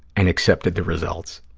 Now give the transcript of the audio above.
and accepted the results?